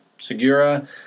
Segura